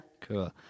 Cool